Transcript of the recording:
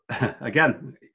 again